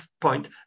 point